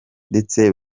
ndetse